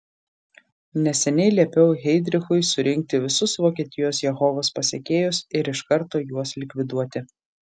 neseniai liepiau heidrichui surinkti visus vokietijos jehovos pasekėjus ir iš karto juos likviduoti